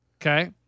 Okay